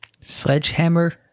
Sledgehammer